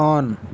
on